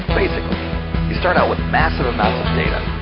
basically we start out with massive amount of data.